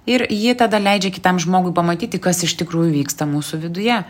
ir ji tada leidžia kitam žmogui pamatyti kas iš tikrųjų vyksta mūsų viduje